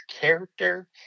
character